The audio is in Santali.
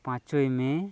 ᱯᱟᱸᱪᱚᱭ ᱢᱮ